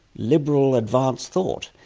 liberal, advanced thought.